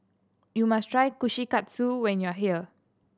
you must try Kushikatsu when you are here